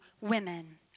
women